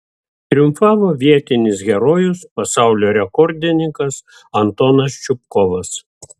triumfavo vietinis herojus pasaulio rekordininkas antonas čupkovas